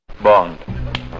Bond